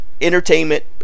entertainment